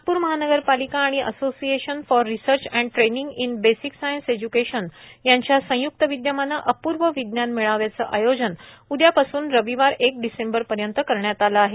नागपूर महानगरपालिका आणि association for research and training in basic science education यांच्या संय्रक्त विद्यमानं अपूर्व विज्ञान मेळव्याचं आयोजन उद्यापासून रविवार एक डिसेंबरपर्यंत करण्यात आलं आहे